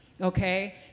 okay